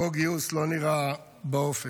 חוק גיוס לא נראה באופק.